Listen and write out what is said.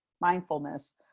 mindfulness